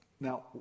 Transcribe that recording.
Now